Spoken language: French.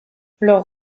leur